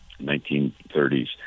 1930s